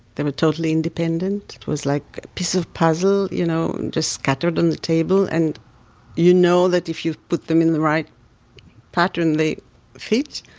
they were totally independent. it was like piece of puzzle, you know, just scattered on the table. and you know that if you put them in the right pattern they fit.